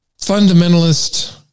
fundamentalist